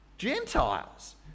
Gentiles